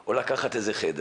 או לקחת איזה חדר